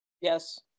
Yes